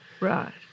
Right